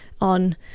on